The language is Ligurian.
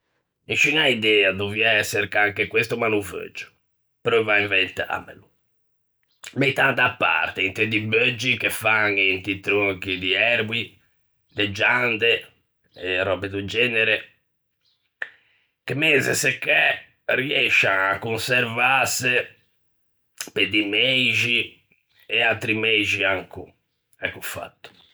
Nisciuña idea, doviæ çercâ anche questo, ma no veuggio, preuvo à inventâmelo: mettan da parte inte di beuggi che fan inti tronchi di erboi de giande e röbe do genere, che meze seccæ riëscian à conservâse pe di meixi e atri meixi ancon, ecco fatto.